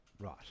Right